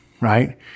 right